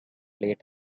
late